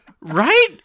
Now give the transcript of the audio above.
Right